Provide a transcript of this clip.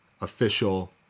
official